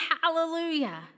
hallelujah